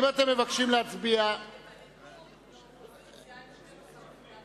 את הליכוד הציבור שלח לאופוזיציה עם 12 מנדטים.